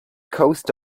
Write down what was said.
coast